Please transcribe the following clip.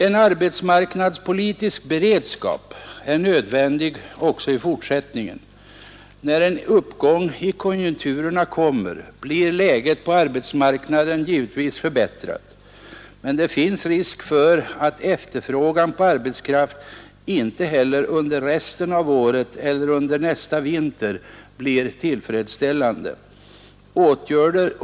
En arbetsmarknadspolitisk beredskap är nödvändig också i fortsättningen. När en uppgång i konjunkturerna kommer, blir läget på arbetsmarknaden givetvis förbättrat, men det finns risk för att efterfrågan på arbetskraft inte heller under resten av året eller under nästa vinter blir tillfredsställande.